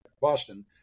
Boston